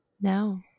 No